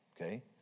okay